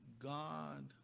God